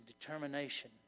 determination